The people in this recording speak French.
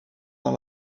dans